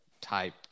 type